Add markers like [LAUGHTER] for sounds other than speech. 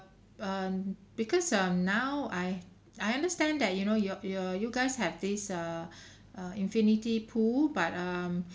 um because um now I I understand that you know your your you guys have this err [BREATH] uh infinity pool but um